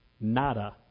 Nada